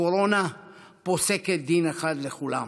הקורונה פוסקת דין אחד לכולם.